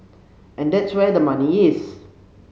and that's where the money is